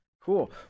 Cool